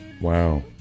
wow